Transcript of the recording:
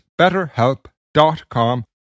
betterhelp.com